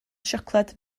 siocled